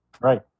Right